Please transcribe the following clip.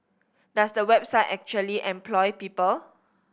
does the website actually employ people